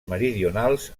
meridionals